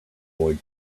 avoid